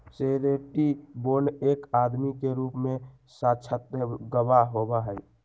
surety bond एक आदमी के रूप में साक्षात गवाह होबा हई